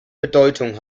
bedeutungen